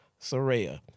Soraya